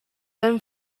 then